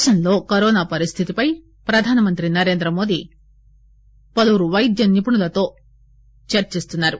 దేశంలో కరోనా పరిస్దితిపై ప్రధానమంత్రి నరేంద్రమోదీ ఈ సాయంత్రం పలువురు వైద్యనిపుణులతో చర్చిస్తున్నారు